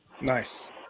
nice